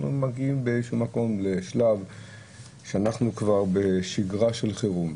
אנחנו מגיעים באיזשהו מקום לשלב שבו אנחנו בשגרה של חירום.